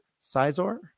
Sizor